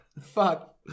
Fuck